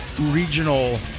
regional